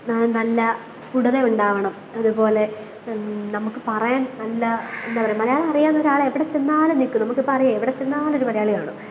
നല്ല സ്പുടത ഉണ്ടാവണം അതുപോലെ നമുക്ക് പറയാന് നല്ല എന്താ പറയുക മലയാളം അറിയാവുന്ന ഒരാൾ എവിടെ ചെന്നാലും നിൽക്കും നമുക്കിപ്പം അറിയാം എവിടെ ചെന്നാലും ഒരു മലയാളി കാണും